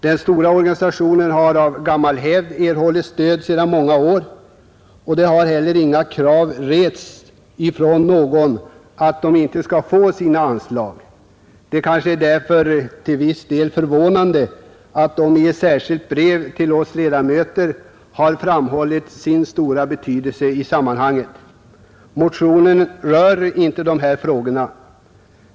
Den stora organisationen har av gammal hävd erhållit stöd sedan många år, och några krav om att den inte skall få sina anslag har Nr 39 heller inte rests från något håll. Det är kanske därför till viss del förvånande att organisationen i fråga i ett särskilt brev till oss ledamöter har framhållit sin stora betydelse i sammanhanget. Motionen rör inte de här frågorna.